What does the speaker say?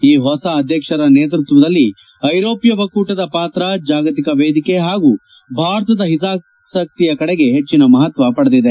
ಈ ಹೊಸ ಅಧ್ಯಕ್ಷರು ನೇತೃತ್ವದಲ್ಲಿ ಐರೋಪ್ಡ ಒಕ್ಕೂಟದ ಪಾತ್ರ ಜಾಗತಿಕ ವೇದಿಕೆ ಹಾಗೂ ಭಾರತದ ಹಿತಾಸಕ್ತಿಯ ಕಡೆಗೆ ಹೆಜ್ಜನ ಮಹತ್ವ ಪಡೆದಿದೆ